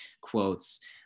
quotes